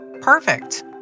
perfect